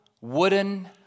wooden